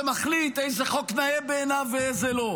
ומחליט איזה חוק נאה בעיניו ואיזה לא.